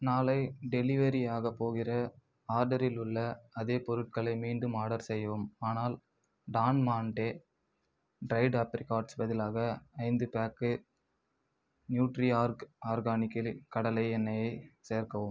நாளை டெலிவரியாகப் போகிற ஆர்டரில் உள்ள அதே பொருட்களை மீண்டும் ஆர்டர் செய்யவும் ஆனால் டான் மாண்டே ட்ரைடு ஆப்ரிகாட்ஸுக்கு பதிலாக ஐந்து பேக்கு நியூட்ரிஆர்க் ஆர்கானிக் கடலை எண்ணெயை சேர்க்கவும்